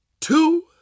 two